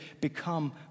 become